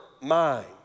mind